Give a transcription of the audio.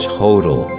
total